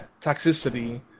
toxicity